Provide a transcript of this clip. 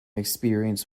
experience